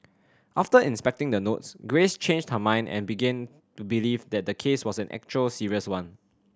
after inspecting the notes Grace changed her mind and began to believe that the case was an actual serious one